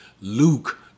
Luke